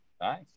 Nice